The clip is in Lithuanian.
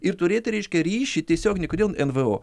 ir turėti reiškia ryšį tiesioginį kodėl nvo